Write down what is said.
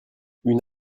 une